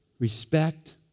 respect